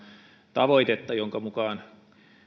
tavoitetta jonka mukaan